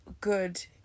good